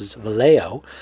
Vallejo